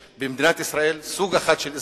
ובמדינת ישראל יש סוג אחד של אזרחים,